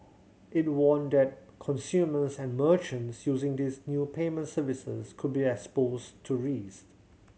it warned that consumers and merchants using these new payment services could be exposed to risk